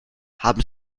haben